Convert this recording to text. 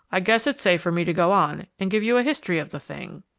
i guess it's safe for me to go on and give you a history of the thing.